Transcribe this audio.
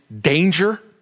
danger